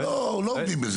ועדיין לא עומדים בזה.